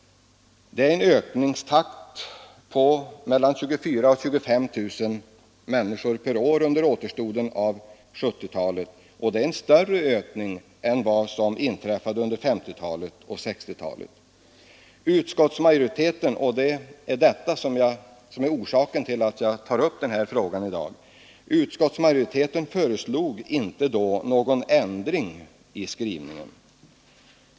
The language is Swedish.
Det är en ökningstakt på mellan 24 000 och 25 000 människor per år under återstoden av 1970-talet — en större ökning än vad som inträffade under 1950-talet och 1960-talet. Utskottsmajoriteten — och det är detta som är orsaken till att jag tar upp den här frågan i dag — föreslog inte då någon ändring i skrivningen.